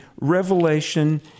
Revelation